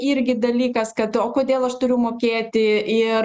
irgi dalykas kad o kodėl aš turiu mokėti ir